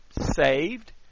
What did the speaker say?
saved